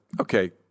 okay